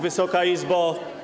Wysoka Izbo!